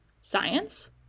science